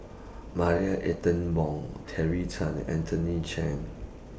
Marie Ethel Bong Terry Tan Anthony Chen